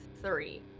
three